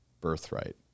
birthright